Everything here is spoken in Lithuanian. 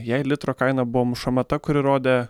jai litro kaina buvo mušama ta kuri rodė